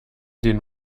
den